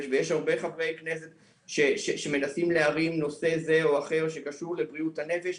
ויש הרבה חברי כנסת שמנסים להרים נושא זה או אחר שקשור לבריאות הנפש.